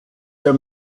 der